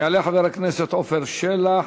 יעלה חבר הכנסת עפר שלח,